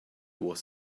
was